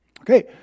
Okay